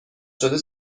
شده